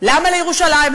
למה לירושלים?